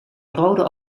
rode